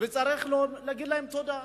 וצריך להגיד להם תודה.